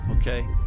okay